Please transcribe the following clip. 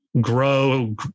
grow